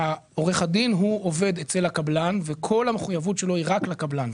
עורך הדין תהיה רק לקבלן ולא לרוכש